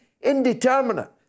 indeterminate